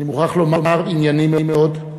אני מוכרח לומר, ענייני מאוד.